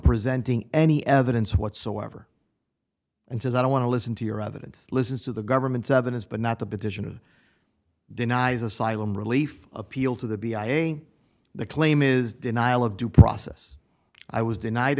presenting any evidence whatsoever and says i don't want to listen to your evidence listens to the government's evidence but not the petitioner denies asylum relief appeal to the b i a the claim is denial of due process i was denied